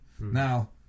Now